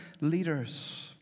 leaders